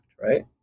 right